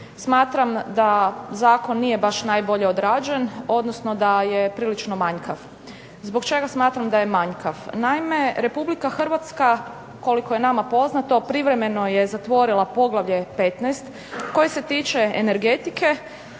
smatram da zakon nije baš najbolje odrađen, odnosno da je prilično manjkav. Zbog čega smatram da je manjkav? Naime, Republika Hrvatska koliko je nama poznato privremeno je zatvorila poglavlje XV. koje se tiče energetike